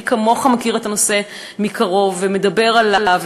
מי כמוך מכיר את הנושא מקרוב ומדבר עליו,